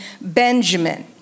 Benjamin